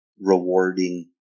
rewarding